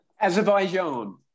Azerbaijan